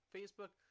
Facebook